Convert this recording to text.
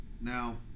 now